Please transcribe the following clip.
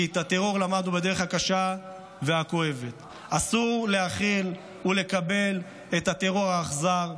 כי למדנו בדרך הקשה והכואבת: אסור להכיל ולקבל את הטרור האכזר,